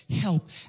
help